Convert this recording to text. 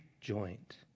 joint